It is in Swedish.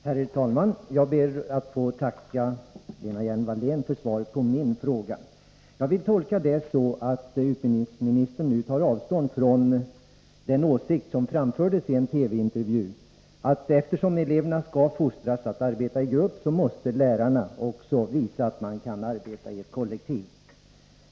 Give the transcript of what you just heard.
Herr talman! Jag ber att få tacka Lena Hjelm-Wallén för svaret på min fråga. Jag vill tolka svaret så, att utbildningsministern nu tar avstånd från den åsikt som framfördes i en TV-intervju, dvs. att eftersom eleverna skall fostras att arbeta i grupp, så måste lärarna också visa att man kan arbeta i ett kollektiv.